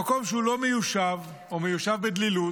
במקום שהוא לא מיושב או מיושב בדלילות,